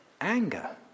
Anger